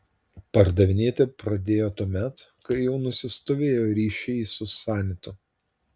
pardavinėti pradėjo tuomet kai jau nusistovėjo ryšiai su sanitu